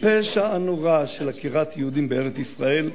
הפשע הנורא של עקירת יהודים בארץ-ישראל,